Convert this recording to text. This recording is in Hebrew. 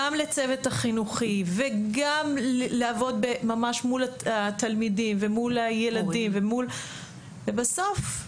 גם לצוות החינוכי וגם לעבוד ממש מול התלמידים ומול הילדים ומול ובסוף,